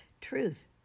Truth